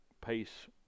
pace